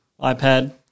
iPad